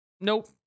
Nope